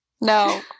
No